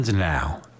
Now